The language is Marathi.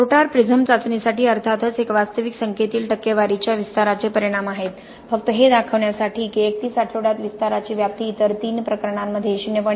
मोर्टार प्रिझम चाचणीसाठी अर्थातच हे वास्तविक संख्येतील टक्केवारीच्या विस्ताराचे परिणाम आहेत फक्त हे दाखवण्यासाठी की 31 आठवड्यात विस्ताराची व्याप्ती इतर तीन प्रकरणांमध्ये 0